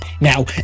Now